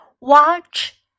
Watch